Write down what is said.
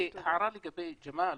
הערה לגבי ג'מאל,